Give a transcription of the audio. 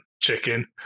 chicken